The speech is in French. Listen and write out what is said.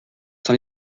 sont